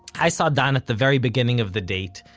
i saw dan at the very beginning of the date,